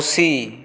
ᱠᱩᱥᱤ